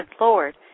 Lord